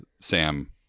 Sam